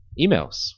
Emails